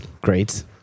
Great